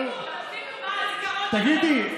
תגידי,